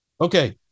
Okay